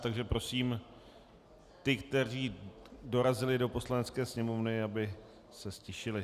Takže prosím ty, kteří dorazili do Poslanecké sněmovny, aby se ztišili.